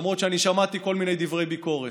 למרות שאני שמעתי כל מיני דברי ביקורת,